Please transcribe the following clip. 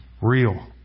real